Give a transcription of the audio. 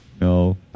No